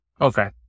okay